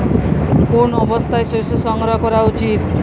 কোন অবস্থায় শস্য সংগ্রহ করা উচিৎ?